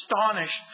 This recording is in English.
astonished